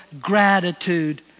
gratitude